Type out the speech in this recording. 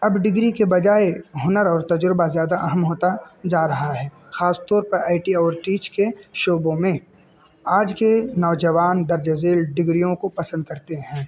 اب ڈگری کے بجائے ہنر اور تجربہ زیادہ اہم ہوتا جا رہا ہے خاص طور پر آئی ٹی اور ٹیک کے شعبوں میں آج کے نوجوان درج ذیل ڈگرریوں کو پسند کرتے ہیں